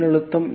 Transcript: மின்னழுத்தம்